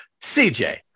CJ